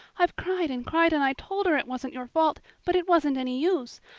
i've cried and cried and i told her it wasn't your fault, but it wasn't any use.